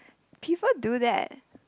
people do that